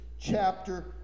chapter